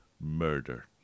murder